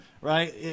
right